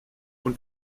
und